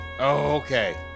okay